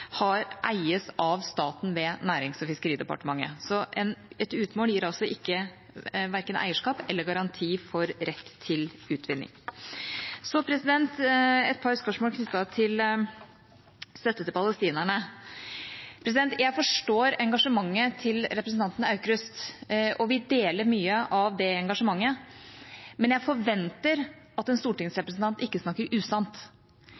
eies av staten ved Nærings- og fiskeridepartementet, så et utmål gir altså ikke verken eierskap eller garanti for rett til utvinning. Så til et par spørsmål knyttet til støtte til palestinerne: Jeg forstår engasjementet til representanten Aukrust, og vi deler mye av det engasjementet, men jeg forventer at en stortingsrepresentant ikke snakker usant.